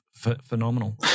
Phenomenal